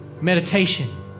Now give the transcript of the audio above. Meditation